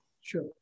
Sure